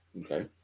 okay